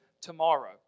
tomorrow